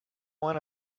when